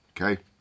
Okay